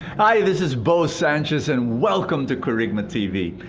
hi, this is bo sanchez and welcome to kerygma tv.